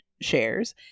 shares